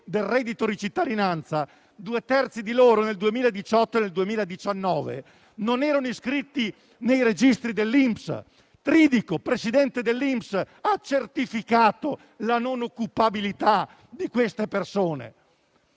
del reddito di cittadinanza nel 2018 e nel 2019 non erano iscritti nei registri dell'INPS. Tridico, presidente dell'INPS, ha certificato la non occupabilità di queste persone.